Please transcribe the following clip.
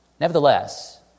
Nevertheless